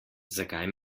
zakaj